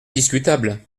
discutable